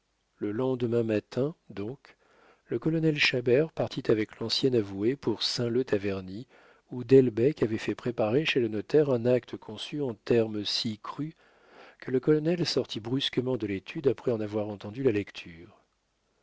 le lendemain matin donc le colonel chabert partit avec l'ancien avoué pour saint leu taverny où delbecq avait fait préparer chez le notaire un acte conçu en termes si crus que le colonel sortit brusquement de l'étude après en avoir entendu la lecture